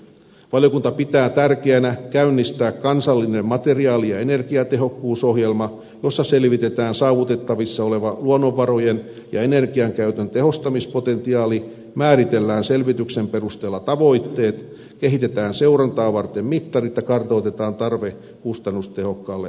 valiokunta pitää tärkeänä käynnistää kansallinen materiaali ja energiatehokkuusohjelma jossa selvitetään saavutettavissa oleva luonnonvarojen ja energiankäytön tehostamispotentiaali määritellään selvityksen perusteella tavoitteet kehitetään seurantaa varten mittarit ja kartoitetaan tarve kustannustehokkaalle ohjauskeinolle